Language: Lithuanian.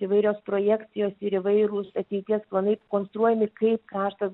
įvairios projekcijos ir įvairūs ateities planai konstruojami kaip kraštas